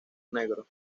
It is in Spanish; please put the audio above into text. negro